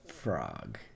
Frog